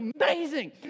amazing